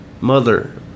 mother